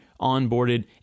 onboarded